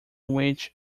which